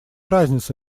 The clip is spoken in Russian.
разница